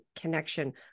connection